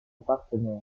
partenaire